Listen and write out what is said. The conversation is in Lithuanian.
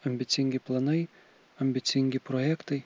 ambicingi planai ambicingi projektai